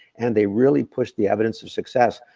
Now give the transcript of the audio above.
and they really push the evidence of success.